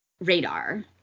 radar